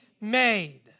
made